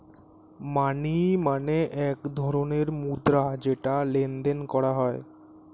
মানি মানে এক ধরণের মুদ্রা যেটা লেনদেন করা হয়